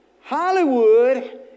Hollywood